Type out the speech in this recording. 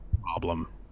problem